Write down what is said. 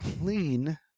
Clean